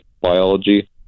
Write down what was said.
biology